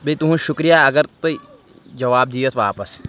بیٚیہِ تُہُںٛد شُکریہ اگر تُہۍ جواب دِیِو یَتھ واپَس